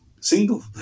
single